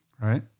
right